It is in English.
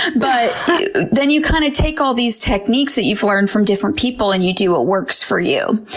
but then you kind of take all these techniques that you've learned from different people and you do what works for you.